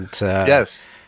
yes